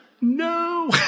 No